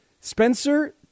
Spencer